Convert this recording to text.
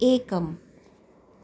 एकम्